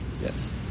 Yes